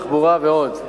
תחבורה ועוד.